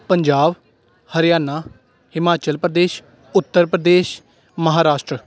Punjab Haryana Himachal Pradesh Uttar Pradesh Maharashtra